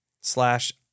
slash